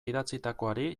idatzitakoari